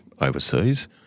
overseas